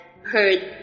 heard